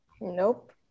Nope